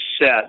set